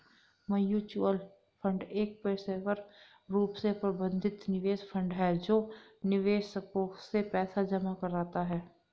mutual fund एक पेशेवर रूप से प्रबंधित निवेश फंड है जो निवेशकों से पैसा जमा कराता है